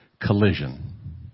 collision